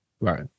Right